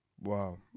Wow